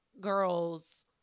girls